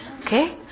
Okay